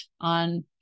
on